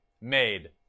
made